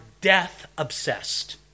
death-obsessed